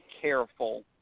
careful